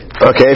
okay